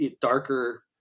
darker